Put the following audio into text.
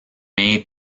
made